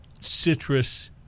citrus